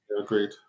agreed